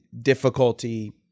difficulty